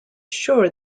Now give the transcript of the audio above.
sure